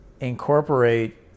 incorporate